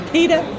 Peter